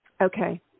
Okay